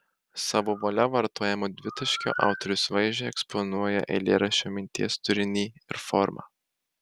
savo valia vartojamu dvitaškiu autorius vaizdžiai eksponuoja eilėraščio minties turinį ir formą